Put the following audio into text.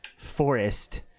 forest